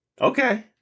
Okay